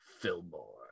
Fillmore